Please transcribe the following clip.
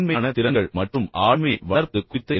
மென்மையான திறன்கள் மற்றும் ஆளுமையை வளர்ப்பது குறித்த என்